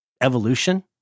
evolution